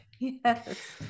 Yes